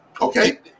Okay